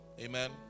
Amen